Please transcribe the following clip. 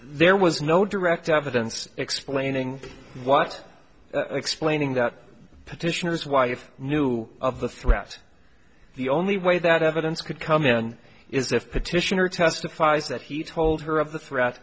there was no direct evidence explaining what explaining that petitioners wife knew of the threats the only way that evidence could come in is if petitioner testifies that he told her of the threat